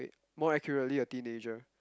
more accurately a teenager